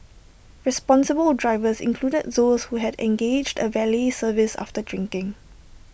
responsible drivers included those who had engaged A valet service after drinking